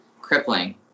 crippling